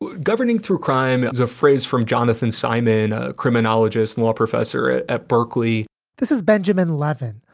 governing through crime is a phrase from jonathan simon ah criminologists and law professor at at berkeley this is benjamin levin,